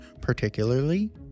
particularly